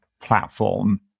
platform